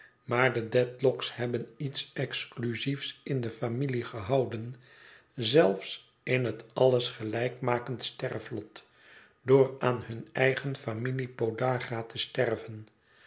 maar de dedlock's hebben iets exclusiefs in de familie gehouden zelfs in het alles gelijkmakend sterflot door aan hun eigen familiepodagra te sterven